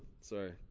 Sorry